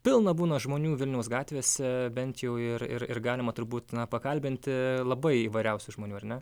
pilna būna žmonių vilniaus gatvėse bent jau ir ir ir galima turbūt na pakalbinti labai įvairiausių žmonių ar ne